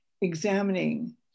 examining